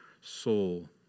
soul